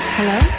Hello